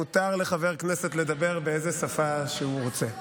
מותר לחבר כנסת לדבר באיזו שפה שהוא רוצה.